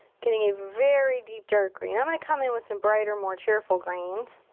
getting a very deep, dark green. i'm gonna come in with some brighter, more cheerful greens.